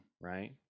right